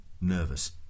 nervous